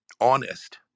honest